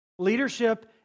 Leadership